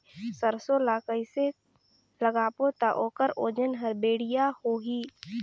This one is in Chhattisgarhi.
सरसो ला कइसे लगाबो ता ओकर ओजन हर बेडिया होही?